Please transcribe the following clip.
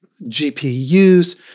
GPUs